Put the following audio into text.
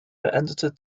veränderter